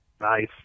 nice